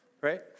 right